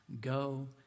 Go